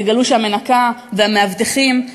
תגלו שהמנקה והמאבטחים,